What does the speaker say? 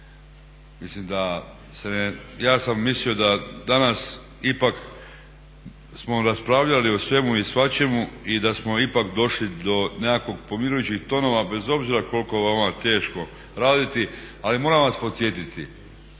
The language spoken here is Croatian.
pravo. Ja sam mislio da danas ipak smo raspravljali o svemu i svačemu i da smo ipak došli do nekakvih pomirujućih tonova bez obzira koliko je vama teško raditi. Ali moram vas podsjetiti